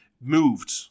moved